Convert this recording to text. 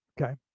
Okay